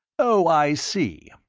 oh, i see.